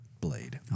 Blade